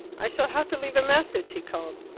i shall have to leave a message, he called.